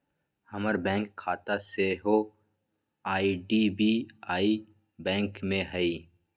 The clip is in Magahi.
हमर बैंक खता सेहो आई.डी.बी.आई बैंक में हइ